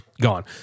gone